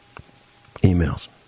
emails